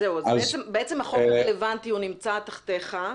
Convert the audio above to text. בעצם החוק הרלוונטי נמצא תחתיך,